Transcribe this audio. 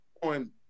on